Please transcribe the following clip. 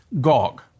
Gog